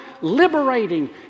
liberating